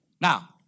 Now